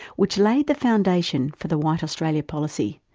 which laid the foundation for the white australia policy.